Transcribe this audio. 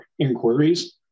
inquiries